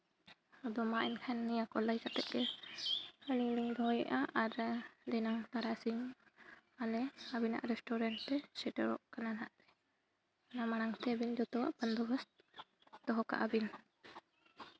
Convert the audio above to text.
ᱟᱫᱚ ᱢᱟ ᱮᱱᱠᱷᱟᱱ ᱱᱤᱭᱟᱹ ᱠᱚ ᱞᱟᱹᱭ ᱠᱟᱛᱮᱫ ᱜᱮ ᱟᱹᱞᱤᱧ ᱞᱤᱧ ᱫᱚᱦᱚᱭᱮᱫᱼᱟ ᱟᱨ ᱫᱷᱤᱱᱟᱹᱝ ᱛᱟᱨᱟᱥᱤᱧ ᱟᱞᱮ ᱟᱹᱵᱤᱱᱟᱜ ᱨᱮᱥᱴᱩᱨᱮᱱᱴ ᱞᱮ ᱥᱮᱴᱮᱨᱚᱜ ᱠᱟᱱᱟ ᱦᱟᱸᱜ ᱚᱱᱟ ᱢᱟᱲᱟᱝ ᱛᱮ ᱟᱹᱵᱤᱱ ᱡᱚᱛᱚᱣᱟᱜ ᱵᱚᱱᱫᱳᱵᱚᱥᱛ ᱫᱚᱦᱚ ᱠᱟᱜᱼᱟ ᱵᱤᱱ